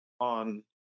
on